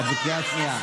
אתה בקריאה שנייה.